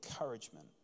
encouragement